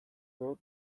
wrote